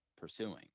pursuing